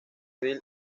ville